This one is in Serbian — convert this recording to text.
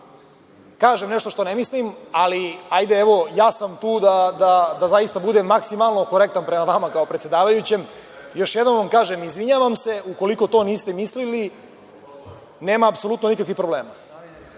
kažem nešto što ne mislim, ali, evo, ja sam tu da budem maksimalno korektan prema vama kao predsedavajućem. Još jednom vam kažem – izvinjavam se ukoliko to niste mislili, nema apsolutno nikakvih problema. Novinari